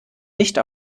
nicht